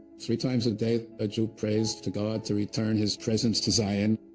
three times a day, a jew prays to god, to return his presence to zion.